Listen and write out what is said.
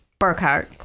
Burkhart